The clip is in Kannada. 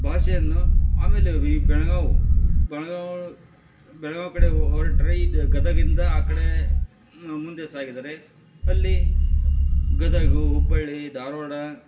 ಭಾಷೆಯನ್ನು ಆಮೇಲೆ ಈ ಬೆಳಗಾವಿ ಕಡೆ ಹೊರ್ಟ್ರೆ ಈದ್ ಗದಗ್ಗಿಂದ ಆ ಕಡೆ ಮುಂದೆ ಸಾಗಿದರೆ ಅಲ್ಲಿ ಗದಗ್ಗು ಹುಬ್ಬಳ್ಳಿ ಧಾರವಾಡ